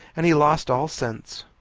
and he lost all sense.